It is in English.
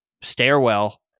stairwell